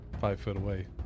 five-foot-away